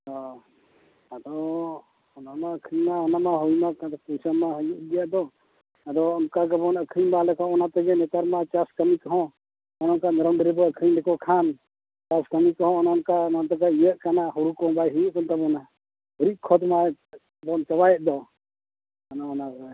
ᱚ ᱟᱫᱚ ᱚᱱᱟᱢᱟ ᱟᱹᱠᱷᱨᱤᱧᱢᱟ ᱚᱱᱟᱢᱟ ᱦᱩᱭᱢᱟ ᱯᱩᱭᱥᱟᱹ ᱢᱟ ᱦᱩᱭᱩᱜ ᱜᱮ ᱟᱫᱚ ᱟᱫᱚ ᱚᱱᱠᱟ ᱜᱮᱵᱚᱱ ᱟᱹᱠᱷᱟᱨᱤᱧ ᱵᱟᱲᱟ ᱞᱮᱠᱷᱟᱱ ᱚᱱᱟᱛᱮᱜᱮ ᱱᱮᱛᱟᱨ ᱢᱟ ᱪᱟᱥ ᱠᱟᱹᱢᱤ ᱠᱚᱦᱚᱸ ᱚᱱᱮ ᱚᱱᱠᱟ ᱢᱮᱨᱚᱢ ᱰᱟᱹᱝᱨᱤ ᱵᱚ ᱟᱹᱠᱷᱟᱨᱤᱧ ᱞᱮᱠᱚ ᱠᱷᱟᱱ ᱪᱟᱥ ᱠᱟᱹᱢᱤ ᱠᱚᱦᱚᱸ ᱚᱱᱮ ᱚᱱᱠᱟ ᱚᱱᱟᱛᱮᱫᱚ ᱤᱭᱟᱹᱜ ᱠᱟᱱᱟ ᱦᱩᱲᱩ ᱠᱚᱦᱚᱸ ᱵᱟᱭ ᱦᱩᱭᱩᱜ ᱠᱟᱱ ᱛᱟᱵᱚᱱᱟ ᱜᱩᱨᱤᱡ ᱠᱷᱚᱛᱢᱟ ᱵᱚᱱ ᱪᱟᱵᱟᱭᱮᱫ ᱫᱚ ᱚᱱᱮ ᱚᱱᱟᱜᱮ